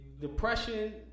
Depression